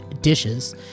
Dishes